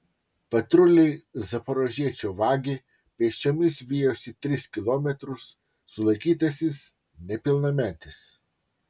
patruliai zaporožiečio vagį pėsčiomis vijosi tris kilometrus sulaikytasis nepilnametis